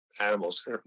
animals